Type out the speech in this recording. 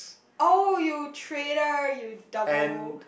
oh you traitor you double